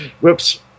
whoops